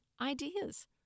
ideas